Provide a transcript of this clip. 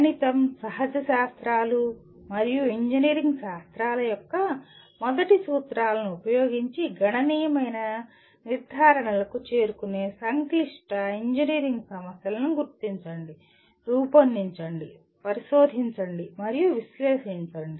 గణితం సహజ శాస్త్రాలు మరియు ఇంజనీరింగ్ శాస్త్రాల యొక్క మొదటి సూత్రాలను ఉపయోగించి గణనీయమైన నిర్ధారణలకు చేరుకునే సంక్లిష్ట ఇంజనీరింగ్ సమస్యలను గుర్తించండి రూపొందించండి పరిశోధించండి మరియు విశ్లేషించండి